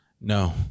No